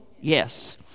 Yes